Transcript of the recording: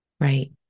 Right